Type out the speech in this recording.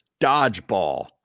Dodgeball